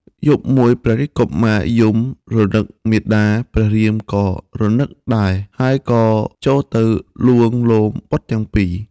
យប់មួយព្រះរាជកុមារយំរលឹកមាតាព្រះរាមក៏រលឹកដែរហើយក៏ចូលទៅលួងលោមបុត្រទាំងពីរ។